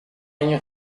hanno